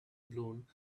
blown